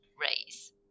raise